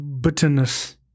bitterness